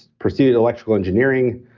pursued electrical engineering,